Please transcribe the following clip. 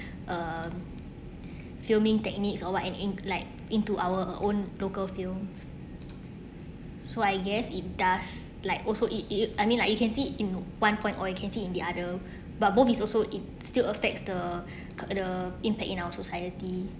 uh filming techniques or what an int~ like into our own local films so I guess it does like also it you I mean like you can see in one point or you can see in the other but both is also it still affects the the impact in our society